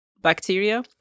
bacteria